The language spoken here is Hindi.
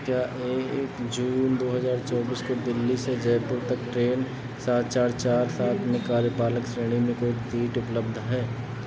क्या एक जून दो हजार चौबीस को दिल्ली से जयपुर तक ट्रेन सात चार चार सात में कार्यपालक श्रेणी में कोई सीट उपलब्ध है